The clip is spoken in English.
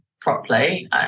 properly